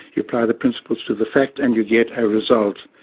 you apply the principles to the fact and you get a result.